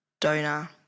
donor